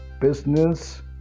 business